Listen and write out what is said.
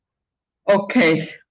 okay,